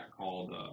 called